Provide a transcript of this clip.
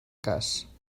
cas